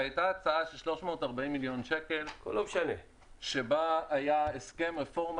הייתה הצעה של 340 מיליון שקלים בה היה הסכם רפורמה